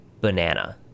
banana